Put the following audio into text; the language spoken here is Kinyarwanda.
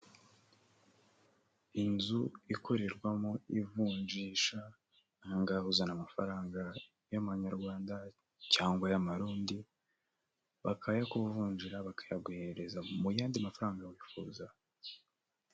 Inzu ikorerwamo ivunjisha aha ngaha uzana amafaranga y'Amanyarwanda cyangwa ay'Amarundi bakayakuvunjira bakayaguhereza mu yandi mafaranga wifuza.